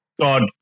God